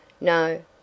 No